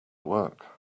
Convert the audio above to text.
work